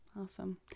awesome